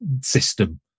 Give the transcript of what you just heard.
system